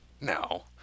No